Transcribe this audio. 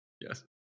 Yes